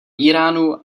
íránu